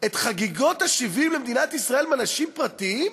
את הכסף לחגיגות ה-70 למדינת ישראל מאנשים פרטיים?